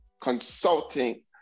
consulting